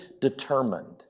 determined